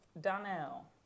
Donnell